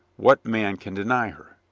what man can deny her?